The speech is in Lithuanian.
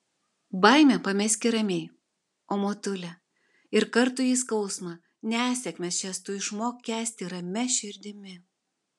baimę pameski ramiai o motule ir kartųjį skausmą nesėkmes šias tu išmok kęsti ramia širdimi